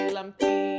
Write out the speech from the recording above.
Lumpy